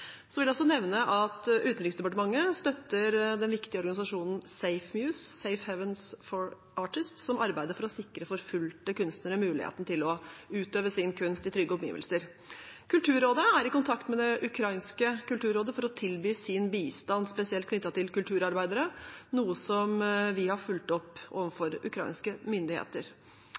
Så vil jeg også nevne at Utenriksdepartementet støtter den viktige organisasjonen SafeMUSE, Safe Havens for Artist, som arbeider for å sikre forfulgte kunstnere muligheten til å utøve sin kunst i trygge omgivelser. Kulturrådet er i kontakt med det ukrainske kulturrådet for å tilby sin bistand, spesielt knyttet til kulturarbeidere, noe vi har fulgt opp overfor ukrainske myndigheter.